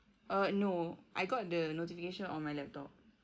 err no I got the notification on my laptop